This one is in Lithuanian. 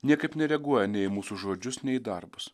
niekaip nereaguoja nei mūsų žodžius nei darbus